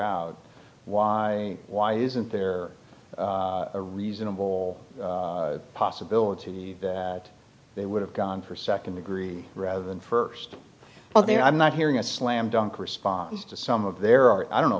out why why isn't there a reasonable possibility that they would have gone for second degree rather than first well there i'm not hearing a slam dunk response to some of their art i don't know